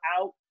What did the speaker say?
out